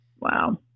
Wow